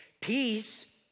peace